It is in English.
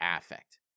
affect